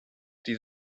die